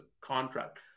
contract